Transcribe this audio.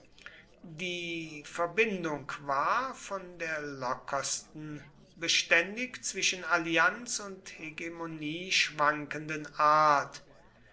die verbindung war von der lockersten beständig zwischen allianz und hegemonie schwankenden art